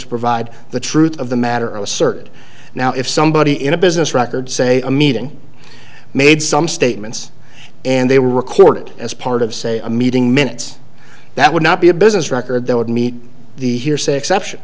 to provide the truth of the matter asserted now if somebody in a business records say a meeting made some statements and they were recorded as part of say a meeting minutes that would not be a business record that would meet the hearsay exception